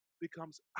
becomes